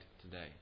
today